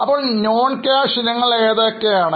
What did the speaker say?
അപ്പോൾ Non Cash ഇനങ്ങൾ ഏതാണ്